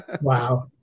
Wow